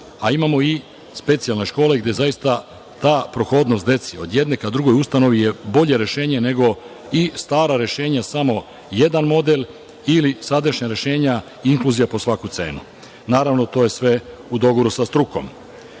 a imamo i specijalne škole gde zaista ta prohodnost deci od jedne ka drugoj ustanovi je bolje rešenje nego staro rešenje, gde je samo jedan model i sadašnja rešenja inkluzija po svaku cenu. Naravno, to je sve u dogovoru sa